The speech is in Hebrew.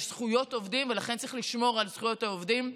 יש זכויות עובדים ולכן צריך לשמור על זכויות העובדים.